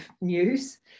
news